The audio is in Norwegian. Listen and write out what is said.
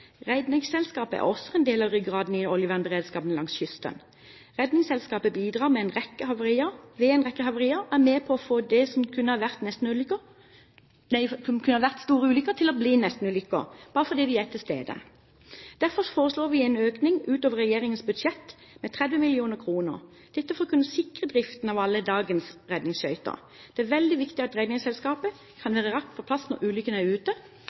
oljevernberedskapen langs kysten. Redningsselskapet bidrar ved en rekke havarier, og er med på å få det som kunne ha vært store ulykker, til å bli nestenulykker, bare fordi de er til stede. Derfor foreslår vi en økning utover regjeringens budsjett med 30 mill. kr, dette for å kunne sikre driften av alle dagens redningsskøyter. Det er veldig viktig at Redningsselskapet kan være raskt på plass når ulykken er ute,